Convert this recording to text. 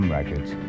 Records